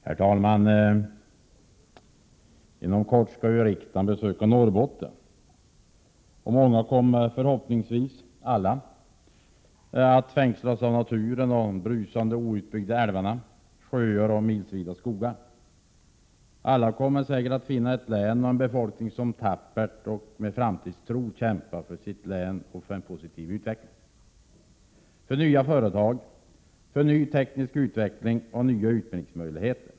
Herr talman! Inom kort skall riksdagen besöka Norrbotten. Många, förhoppningsvis alla, kommer att fängslas av naturen, av brusande och outbyggda älvar, sjöar och milsvida skogar. Alla kommer säkert att finna ett län och en befolkning som tappert och med framtidstro kämpar för sitt län och för en positiv utveckling, för nya företag, för ny teknisk utveckling och för nya utbildningsmöjligheter.